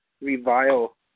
revile